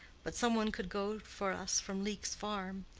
but some one could go for us from leek's farm.